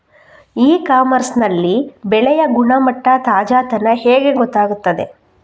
E commerce ನಲ್ಲಿ ಬೆಳೆಯ ಗುಣಮಟ್ಟ, ತಾಜಾತನ ಹೇಗೆ ಗೊತ್ತಾಗುತ್ತದೆ?